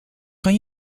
kan